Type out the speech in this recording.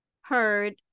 heard